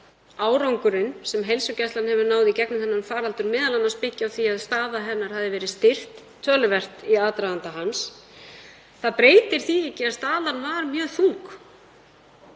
ég árangurinn sem heilsugæslan hefur náð í gegnum þennan faraldur m.a. byggja á því að staða hennar var styrkt töluvert í aðdraganda hans. Það breytir því ekki að staðan var mjög þung